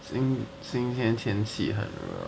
今今天天气很热